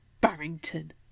Barrington